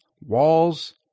walls